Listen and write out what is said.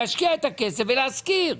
להשקיע את הכסף ולהשכיר,